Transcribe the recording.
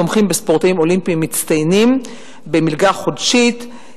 תומכים בספורטאים אולימפיים מצטיינים במלגה חודשית,